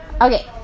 Okay